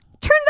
turns